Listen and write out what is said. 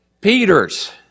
Peter's